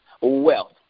wealth